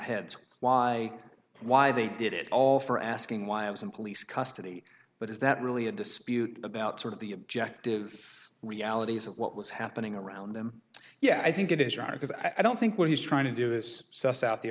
heads why why they did it all for asking why i was in police custody but is that really a dispute about sort of the objective realities of what was happening around him yeah i think it is wrong because i don't think what he's trying to do is suss out the